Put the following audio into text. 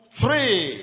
three